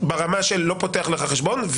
ברמה של לא פותח לך חשבון,